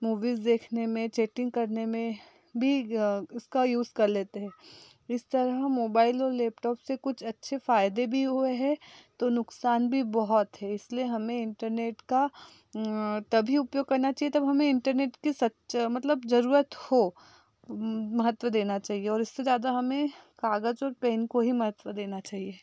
movies देखने में chatting करने में भी उसका यूज़ कर लेते हैं इस तरह मोबाइल और लैपटॉप से कुछ अच्छे फ़ायदे भी हुए हैं तो नुक़सान भी बहुत है इस लिए हमें इंटरनेट का तभी उपयोग करना चाहिए जब हमें इंटरनेट की सच्ची मतलब ज़रूरत हो महत्व देना चाहिए और इससे ज़्यादा हमें कागज़ और पेन को ही महत्त्व देना चाहिए